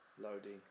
loading